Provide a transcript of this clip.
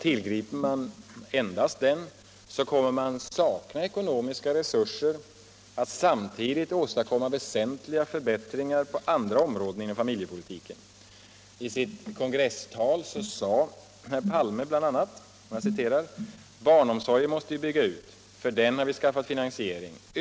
Tillgriper man enbart den, kommer man att sakna ekonomiska resurser att samtidigt åstadkomma väsentliga förbättringar på andra områden inom familjepolitiken. I sitt kongresstal sade herr Palme bl.a.: ”Barnomsorgen måste vi bygga ut, för den har vi skaffat finansiering.